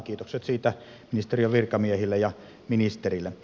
kiitokset siitä ministeriön virkamiehille ja ministerille